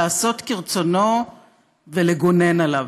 לעשות את רצונו ולגונן עליו.